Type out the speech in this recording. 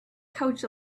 couch